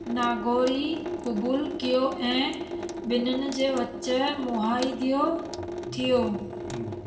नागोरी कुबूल कयो ऐं ॿिनिनि जे विच मुहाइदियो थियो